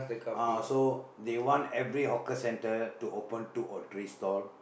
ah so they want every hawker centre to open two or three stall